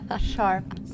sharp